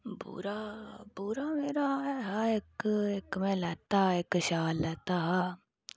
बूरा बूरा मेरा है हा इक इक में लैत्ता इक शाल लैत्ता